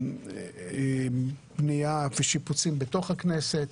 בנייה ושיפוצים בתוך הכנסת,